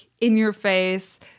in-your-face